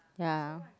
ya